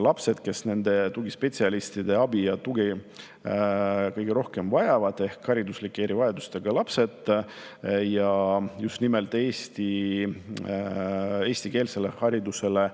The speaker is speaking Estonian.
lapsed, kes nende tugispetsialistide abi ja tuge kõige rohkem vajavad, ehk hariduslike erivajadustega lapsed just nimelt eestikeelsele haridusele